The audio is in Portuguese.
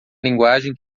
linguagem